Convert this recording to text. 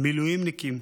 על המילואימניקים,